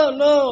no